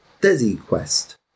DesiQuest